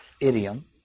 idiom